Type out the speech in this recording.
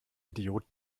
idiot